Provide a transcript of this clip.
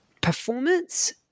performance